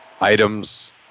items